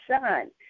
son